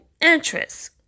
interest